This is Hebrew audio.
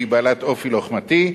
שהיא בעלת אופי לוחמתי,